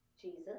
jesus